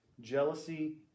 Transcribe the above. jealousy